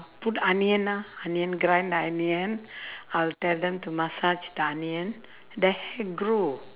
put onion lah onion grind onion I will tell them to massage the onion their hair grow